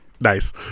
Nice